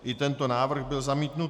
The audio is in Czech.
I tento návrh byl zamítnut.